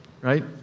right